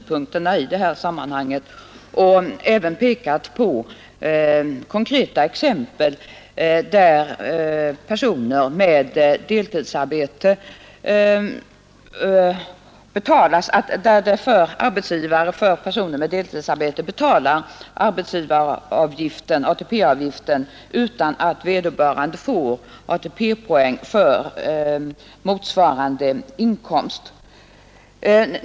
synpunkterna i detta sammanhang och även anfört konkreta exempel på = tidsanställdas samt att arbetsgivare för personer med deltidsarbete betalat ATP-avgift utan låginkomsttagares att den anställde får ATP-poäng för motsvarande inkomst.